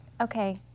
Okay